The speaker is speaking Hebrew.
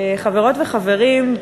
חברות וחברים,